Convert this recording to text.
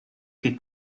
che